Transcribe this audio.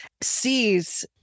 sees